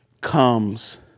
comes